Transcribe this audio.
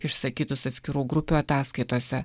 išsakytus atskirų grupių ataskaitose